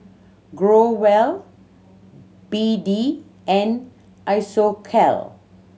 Growell B D and Isocal